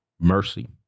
mercy